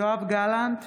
יואב גלנט,